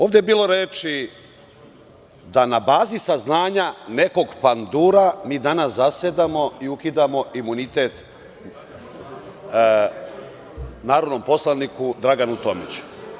Ovde je bilo reči da na bazi saznanja nekog pandura mi danas zasedamo i ukidamo imunitet narodnom poslaniku Draganu Tomiću.